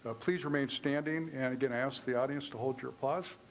ah please remain standing. and again, i ask the audience to hold your applause.